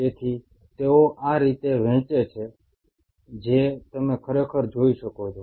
તેથી તેઓ આ રીતે વહેંચે છે જે તમે ખરેખર જોઈ શકો છો